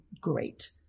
great